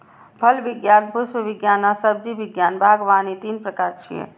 फल विज्ञान, पुष्प विज्ञान आ सब्जी विज्ञान बागवानी तीन प्रकार छियै